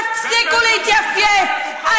תפסיקו להתייפייף.